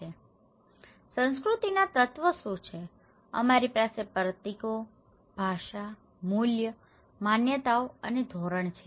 તેથી સંસ્કૃતિના તત્વો શું છે અમારી પાસે પ્રતીકો ભાષા મૂલ્યો માન્યતાઓ અને ધોરણો છે